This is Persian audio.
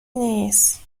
نیست